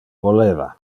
voleva